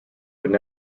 would